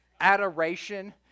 adoration